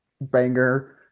banger